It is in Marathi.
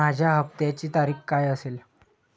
माझ्या हप्त्याची तारीख काय असेल?